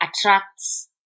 attracts